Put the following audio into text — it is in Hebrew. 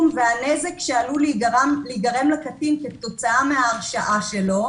והנזק שעלול להיגרם לקטין כתוצאה מההרשעה של,